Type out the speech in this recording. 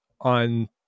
on